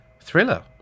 Thriller